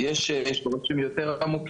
יש דברים שהם יותר עמוקים,